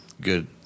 good